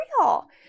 real